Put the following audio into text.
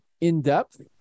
in-depth